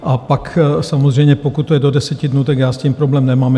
A pak samozřejmě, pokud to je do 10 dnů, tak s tím problém nemám.